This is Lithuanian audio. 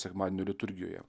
sekmadienio liturgijoje